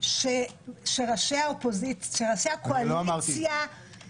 שראשי הקואליציה -- אני לא אמרתי את זה.